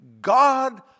God